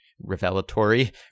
revelatory